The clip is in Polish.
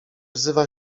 wzywa